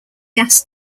gas